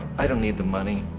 i don't need the money.